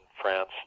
France